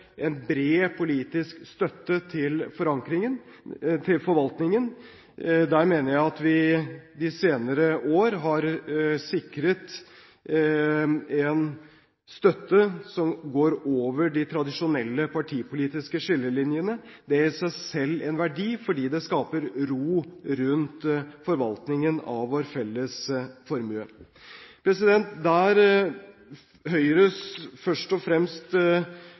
en bred politisk støtte til forvaltningen. Der mener jeg vi de senere år har sikret en støtte som går over de tradisjonelle partipolitiske skillelinjene. Det er i seg selv en verdi, fordi det skaper ro rundt forvaltningen av vår felles formue. Høyres utålmodighet knytter seg først og fremst